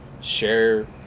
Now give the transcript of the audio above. share